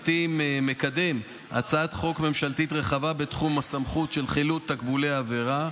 מקדם הצעת חוק ממשלתית רחבה בתחום הסמכות של חילוט תקבולי עבירה,